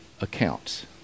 accounts